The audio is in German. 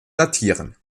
datieren